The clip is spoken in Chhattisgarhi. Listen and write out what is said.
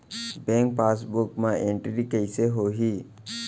बैंक पासबुक मा एंटरी कइसे होही?